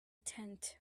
tent